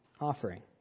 offering